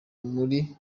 buri